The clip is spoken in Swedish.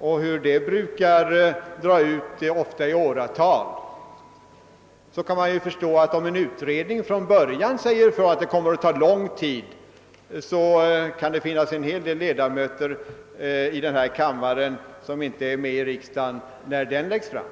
men ändå drar de ofta ut på tiden i åratal. Då kan vi förstå att om en utredning redan från början säger att arbetet kommer att ta lång tid kommer många ledamöter i denna kammare inte att vara med i riksdagen när förslagen från den läggs fram.